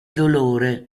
dolore